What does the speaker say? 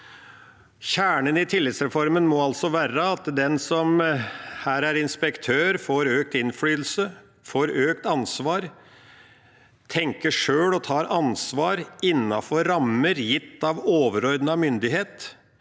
Kjernen i tillitsreformen må være at den som er inspektør, får økt innflytelse, får økt ansvar, tenker sjøl og tar ansvar innenfor rammer gitt av overordnet myndighet,